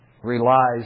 relies